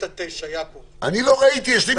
התקנות אושרו.